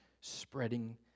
spreading